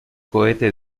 cohete